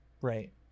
right